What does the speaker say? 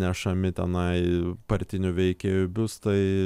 nešami tenai partinių veikėjų biustai